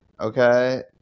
Okay